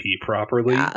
properly